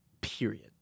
period